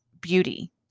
beauty